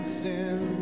sin